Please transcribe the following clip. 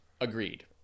agreed